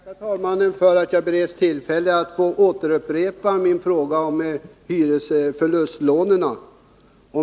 Herr talman! Jag ber att få tacka talmannen för att jag bereds tillfälle att upprepa min fråga om hyresförlustlånen.